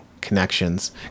connections